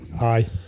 aye